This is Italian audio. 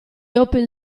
open